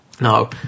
Now